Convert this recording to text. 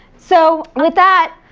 so, with that,